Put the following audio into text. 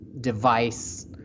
device –